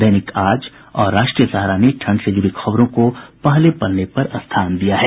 दैनिक आज और राष्ट्रीय सहारा ने ठंड से जुड़ी खबरों को पहले पन्ने पर स्थान दिया है